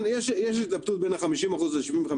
יש התלבטות בין ה-50% ל-75%,